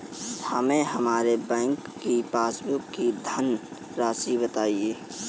हमें हमारे बैंक की पासबुक की धन राशि बताइए